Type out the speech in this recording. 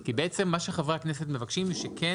כי בעצם מה שחברי הכנסת מבקשים זה שכן